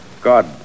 God